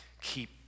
keep